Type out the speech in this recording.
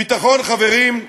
ביטחון, חברים,